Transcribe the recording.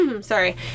sorry